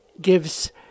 gives